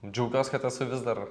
džiaugiuos kad esu vis dar